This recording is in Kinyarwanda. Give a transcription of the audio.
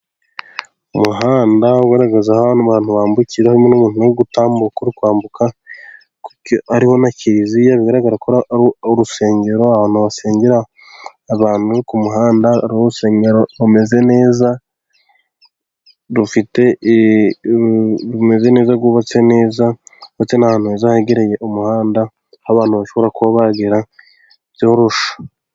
Umuhanda ugaragaza aho abantu bambukira harimo n'umuntu uri gutambuka uri kwambuka hariho na kiliziya, bigaragarako ari urusengero ahantu hasengera abantu ku muhanda, hari urusengero rumeze neza rufite rumeze neza rwubatse neza ndetse n'ahantu heza hegereye umuhanda, aho abantu bashobora kuba bagera byoroshye.